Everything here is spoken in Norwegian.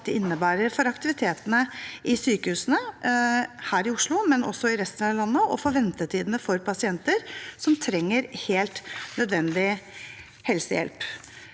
det innebærer for aktiviteten i sykehusene her i Oslo, men også i resten av landet, og for ventetidene for pasienter som trenger helt nødvendig helsehjelp.